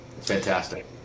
Fantastic